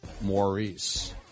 Maurice